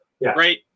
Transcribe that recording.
right